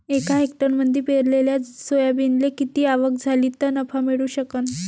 एका हेक्टरमंदी पेरलेल्या सोयाबीनले किती आवक झाली तं नफा मिळू शकन?